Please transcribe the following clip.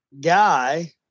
guy